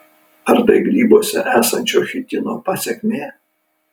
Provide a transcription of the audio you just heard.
ar tai grybuose esančio chitino pasekmė